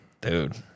Dude